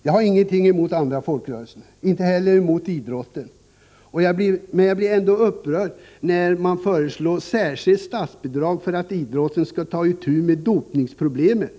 Jag har ingenting emot andra folkrörelser och inte heller emot idrotten, men jag blir ändå upprörd när man föreslår särskilt statsbidrag för att idrotten skall ta itu med dopingproblemet.